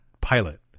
pilot